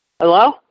Hello